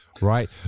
right